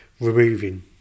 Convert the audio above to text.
removing